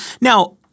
Now